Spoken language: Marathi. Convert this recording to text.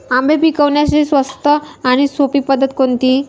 आंबे पिकवण्यासाठी स्वस्त आणि सोपी पद्धत कोणती?